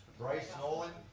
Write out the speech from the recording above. brice nolan.